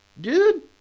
Dude